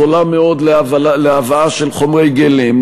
זולה מאוד להבאה של חומרי גלם,